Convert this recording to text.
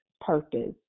purpose